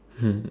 mm